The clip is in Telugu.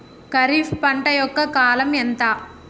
ఖరీఫ్ పంట యొక్క కాలం ఎంత?